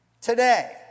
today